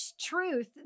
truth